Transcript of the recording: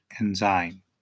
enzyme